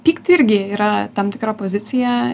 pykti irgi yra tam tikra pozicija